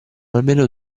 almeno